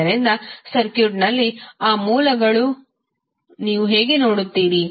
ಆದ್ದರಿಂದ ಸರ್ಕ್ಯೂಟ್ನಲ್ಲಿ ಆ ಮೂಲಗಳನ್ನು ನೀವು ಹೇಗೆ ನೋಡುತ್ತೀರಿ